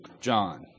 John